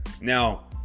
Now